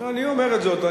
אני אומר את זאת.